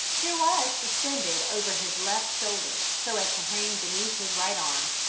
there was suspended over his left shoulder, so as to hang beneath his right arm,